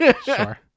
Sure